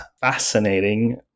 fascinating